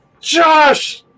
Josh